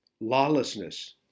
Lawlessness